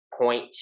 point